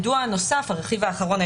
הרכיב האחרון,